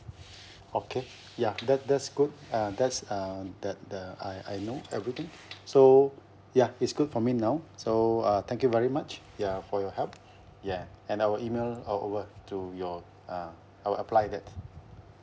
okay ya that that's good uh that's uh that the I I know everything so ya it's good for me now so uh thank you very much ya for your help yeah and I will email uh over to your uh I will apply that